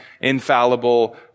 infallible